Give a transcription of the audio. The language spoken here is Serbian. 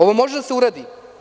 Ovo može da se uradi.